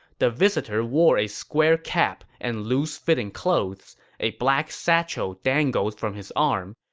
the visitor wore a square cap and loose-fitting clothes. a black satchel dangled from his arm.